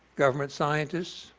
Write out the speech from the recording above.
government scientists,